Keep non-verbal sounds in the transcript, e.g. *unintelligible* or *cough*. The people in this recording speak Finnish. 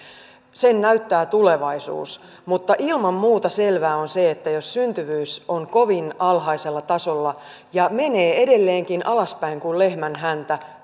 sen näyttää tulevaisuus mutta ilman muuta selvää on se että jos syntyvyys on kovin alhaisella tasolla ja menee edelleenkin alaspäin kuin lehmän häntä *unintelligible*